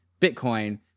Bitcoin